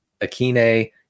Akine